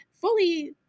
fully